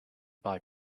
buy